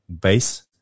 base